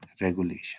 regulation